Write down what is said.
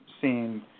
seen –